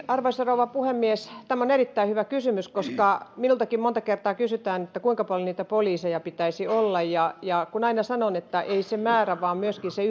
arvoisa rouva puhemies tämä on erittäin hyvä kysymys koska minultakin monta kertaa kysytään kuinka paljon niitä poliiseja pitäisi olla ja ja kun aina sanon että ei se määrä vaan myöskin se